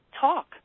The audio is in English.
talk